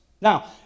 Now